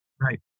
Right